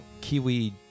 Kiwi